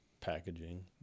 packaging